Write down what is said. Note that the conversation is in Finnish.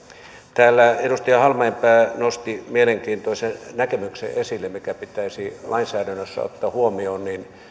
täällä edustaja halmeenpää nosti mielenkiintoisen näkemyksen esille mikä pitäisi lainsäädännössä ottaa huomioon